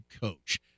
coach